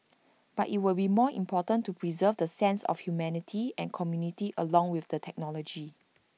but IT will be more important to preserve the sense of humanity and community along with the technology